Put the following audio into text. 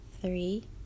three